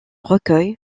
recueils